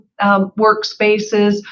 workspaces